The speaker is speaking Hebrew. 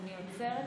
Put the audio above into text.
אני עוצרת.